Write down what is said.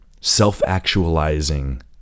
self-actualizing